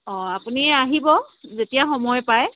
অ আপুনি আহিব যেতিয়া সময় পায়